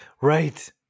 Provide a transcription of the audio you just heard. Right